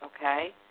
okay